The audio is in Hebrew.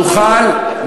נוכל,